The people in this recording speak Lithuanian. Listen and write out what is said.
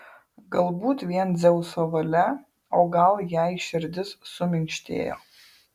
galbūt vien dzeuso valia o gal jai širdis suminkštėjo